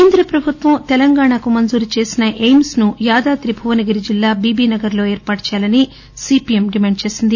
కేంద్ర ప్రభుత్వం తెలంగాణాకు మంజురు చేసిన ఎయిమ్స్ ను యాదాద్రి భువనగిరి జిల్లా చీబీ నగర్ లో ఏర్పాటు చేయాలని సిపిఎం డిమాండ్ చేసింది